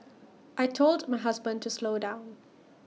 I Told my husband to slow down